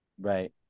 right